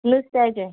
नुस्त्याचें